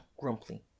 grumpily